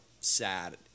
sad